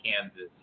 Kansas